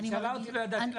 היא שאלה אותי ולא ידעתי לענות.